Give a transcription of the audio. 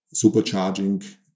supercharging